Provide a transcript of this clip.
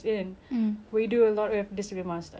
ya so for student um leader